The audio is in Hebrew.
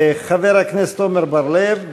חבר הכנסת עמר בר-לב,